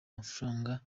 mafaranga